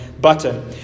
button